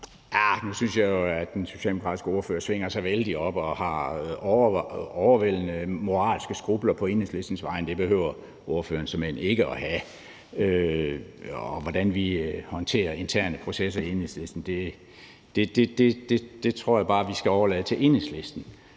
nu synes jeg jo, at den socialdemokratiske ordfører svinger sig vældigt op og har overvældende moralske skrupler på Enhedslistens vegne – det behøver ordføreren såmænd ikke at have. Og hvordan vi håndterer interne processer i Enhedslisten, tror jeg bare vi skal overlade til Enhedslisten.